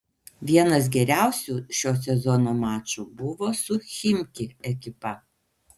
vienas geriausių šio sezono mačų buvo su chimki ekipa